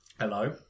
Hello